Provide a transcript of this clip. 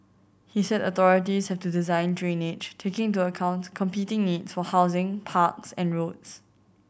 he said authorities have to design drainage taking into account competing needs for housing parks and roads